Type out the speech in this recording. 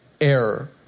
error